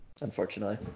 Unfortunately